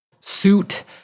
suit